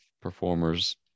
performers